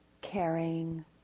caring